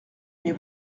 mais